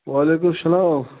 وعلیکم سلام